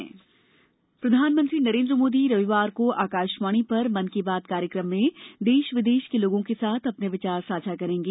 मन की बात प्रधानमंत्री नरेन्द्र मोदी रविवार को अकाशवाणी पर मन की बात कार्यक्रम में देश विदेश के लोगों के साथ अपने विचार साझा करेंगे